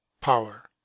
power